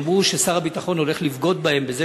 והם אמרו ששר הביטחון הולך לבגוד בהם בזה